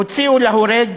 הוציאו להורג